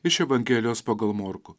iš evangelijos pagal morkų